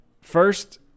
first